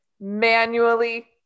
manually